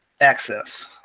Access